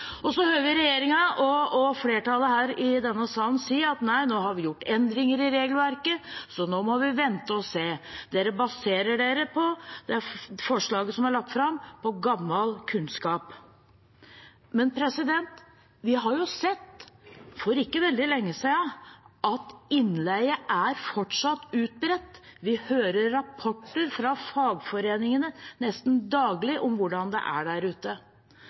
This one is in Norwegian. hører regjeringen og flertallet i denne salen si at det har blitt gjort endringer i regelverket, så nå må vi vente og se. Forslaget som er lagt fram, baserer seg på gammel kunnskap, sier de. Men vi har jo for ikke veldig lenge siden sett at innleie fortsatt er utbredt. Vi får rapporter fra fagforeningene nesten daglig om hvordan det er der ute.